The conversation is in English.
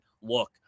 look